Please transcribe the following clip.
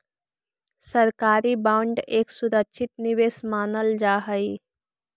सरकारी बांड एक सुरक्षित निवेश मानल जा हई